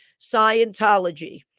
Scientology